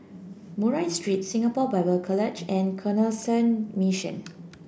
Murray Street Singapore Bible College and Canossian Mission